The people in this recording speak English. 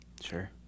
Sure